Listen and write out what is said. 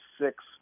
six